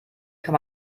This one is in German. kann